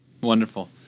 Wonderful